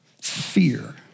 Fear